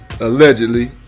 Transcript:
allegedly